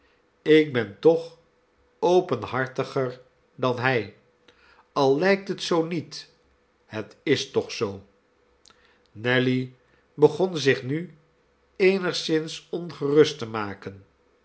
ik ben toch openhartiger dan hij al lijkt het zoo niet het is toch zoo nelly begon zich nu eenigszins ongerust te maken